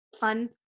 fun